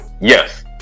yes